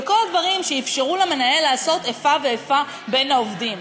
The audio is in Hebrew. בכל הדברים שאפשרו למנהל לעשות איפה ואיפה בין העובדים,